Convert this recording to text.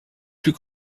plus